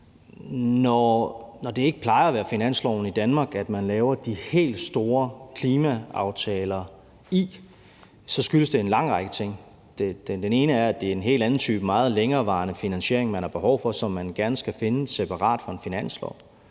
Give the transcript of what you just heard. Når det ikke plejer at være i forbindelse med finansloven i Danmark, at man laver de helt store klimaaftaler, så skyldes det en lang række ting. Den ene er, at det er en helt anden type meget længerevarende finansiering, man har behov for, som man gerne skal finde separat fra en finanslov.